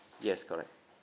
yes correct